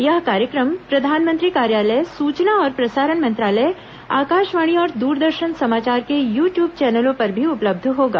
यह कार्यक्रम प्रधानमंत्री कार्यालय सुचना और प्रसारण मंत्रालय आकाशवाणी और दूरदर्शन समाचार के यू ट्यूब चैनलों पर भी उपलब्ध होगा